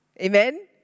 Amen